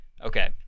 Okay